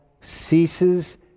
ceases